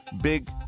Big